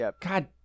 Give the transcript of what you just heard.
God